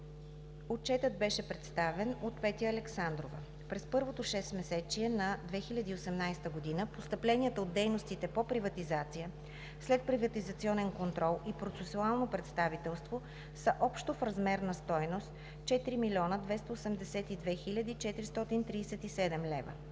Отчетът беше представен от Петя Александрова. През първото шестмесечие на 2018 г. постъпленията от дейностите по приватизация, следприватизационен контрол и процесуално представителство са общо в размер на стойност 4 млн. 282 хил. 437 лв.